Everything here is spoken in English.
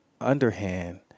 underhand